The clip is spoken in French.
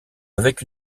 avec